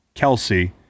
Kelsey